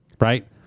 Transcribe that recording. Right